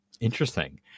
Interesting